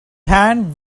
hand